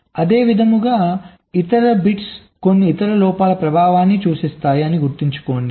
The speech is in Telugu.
అదేవిధంగా ఇతర బిట్స్ కొన్ని ఇతర లోపాల ప్రభావాన్ని సూచిస్తాయి అని గుర్తుంచుకోండి